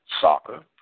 soccer